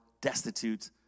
destitute